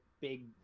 big